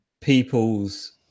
people's